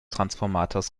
transformators